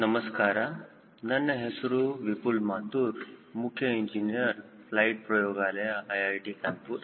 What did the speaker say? ನಮಸ್ಕಾರ ನನ್ನ ಹೆಸರು ವಿಪುಲ್ ಮಾತುರ ಮುಖ್ಯ ಇಂಜಿನಿಯರ್ ಫ್ಲೈಟ್ ಪ್ರಯೋಗಾಲಯ IIT ಕಾನ್ಪೂರ್